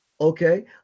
okay